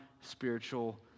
spiritual